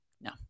No